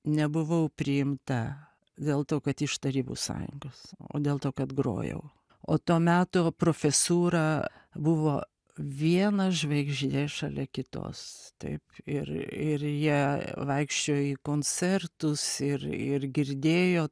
nebuvau priimta dėl to kad iš tarybų sąjungos o dėl to kad grojau o to meto profesūra buvo viena žvaigždė šalia kitos taip ir ir jie vaikščiojo į koncertus ir ir girdėjo